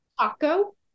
Taco